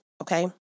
okay